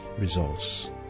results